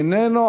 איננו,